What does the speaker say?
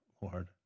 Lord